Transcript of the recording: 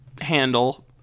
handle